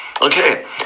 Okay